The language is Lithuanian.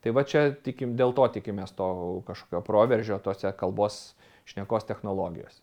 tai va čia tikim dėl to tikimės to kažkokio proveržio tose kalbos šnekos technologijose